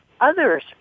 others